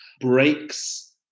breaks